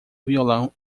violão